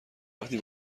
وقتی